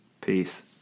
Peace